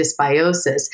dysbiosis